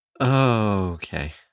Okay